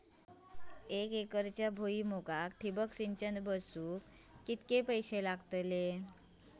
एक एकरच्या भुईमुगाक ठिबक सिंचन बसवूक किती पैशे लागतले?